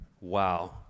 wow